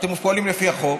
אתם פועלים לפי החוק.